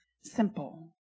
Simple